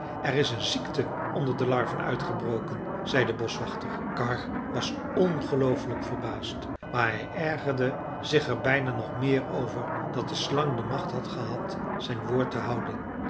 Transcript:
er is een ziekte onder de larven uitgebroken zei de boschwachter karr was ongelooflijk verbaasd maar hij ergerde zich er bijna nog meer over dat de slang de macht had gehad zijn woord te houden